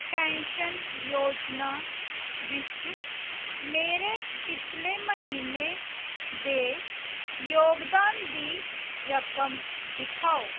pension ਯੋਜਨਾ ਵਿੱਚ ਮੇਰੇ ਪਿਛਲੇ ਮਹੀਨੇ ਦੇ ਯੋਗਦਾਨ ਦੀ ਰਕਮ ਦਿਖਾਓ